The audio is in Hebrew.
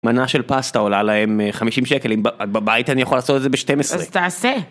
מנה של פסטה עולה להם חמישים שקלים, בבית אני יכול לעשות את זה בשתים עשרה. אז תעשה.